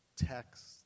Text